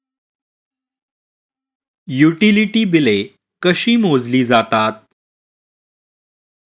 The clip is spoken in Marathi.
युटिलिटी बिले कशी मोजली जातात?